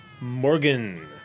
Morgan